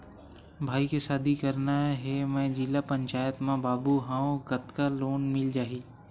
भाई के शादी करना हे मैं जिला पंचायत मा बाबू हाव कतका लोन मिल जाही?